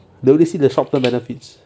they only see the short term benefits